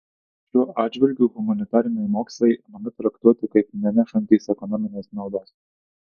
šiuo atžvilgiu humanitariniai mokslai imami traktuoti kaip nenešantys ekonominės naudos